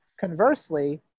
Conversely